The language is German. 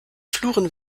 fluren